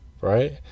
Right